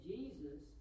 Jesus